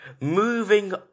moving